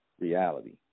reality